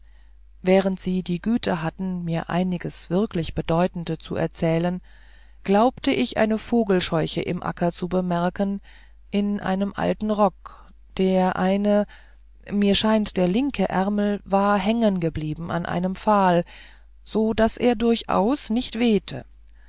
während sie die güte hatten mir einiges wirklich bedeutende zu erzählen glaubte ich eine vogelscheuche im acker zu bemerken in einem alten rock und der eine mir scheint der linke ärmel war hängen geblieben an einem pfahl so daß er durchaus nicht wehte